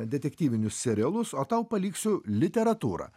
detektyvinius serialus o tau paliksiu literatūrą